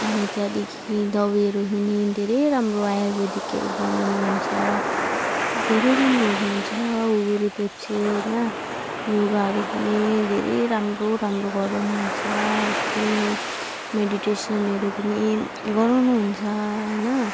अनि त्यहाँदेखि दबाईहरू पनि धेरै राम्रो आयुर्वेदिकहरू बनाउनुहुन्छ धेरै राम्रो हुनुहुन्छ ऊ गुरुदेव चाहिँ होइन योगाहरू पनि धेरै राम्रो राम्रो गराउनुहुन्छ उसले मेडिटेसनहरू पनि गराउनुहुन्छ होइन